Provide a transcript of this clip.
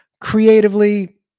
Creatively